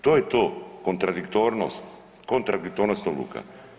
To je to, kontradiktornost, kontradiktornost odluka.